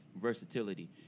versatility